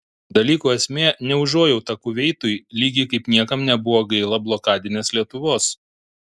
dalyko esmė ne užuojauta kuveitui lygiai kaip niekam nebuvo gaila blokadinės lietuvos